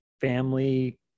family